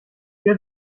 ihr